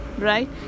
right